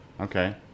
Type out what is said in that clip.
Okay